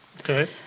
Okay